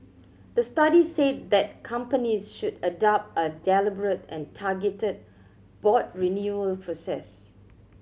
the study said that companies should adopt a deliberate and targeted board renewal process